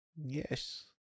Yes